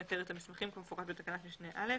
היתר את המסמכים כמפורט בתקנת משנה (א)